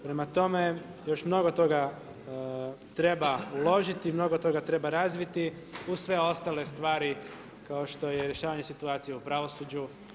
Prema tome, još mnogo toga treba uložiti, mnogo toga treba razviti uz sve ostale stvari kao što je rješavanje situacije u pravosuđu.